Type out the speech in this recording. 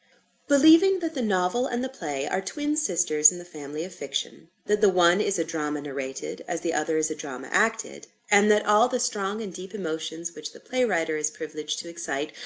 believing that the novel and the play are twin-sisters in the family of fiction that the one is a drama narrated, as the other is a drama acted and that all the strong and deep emotions which the play-writer is privileged to excite,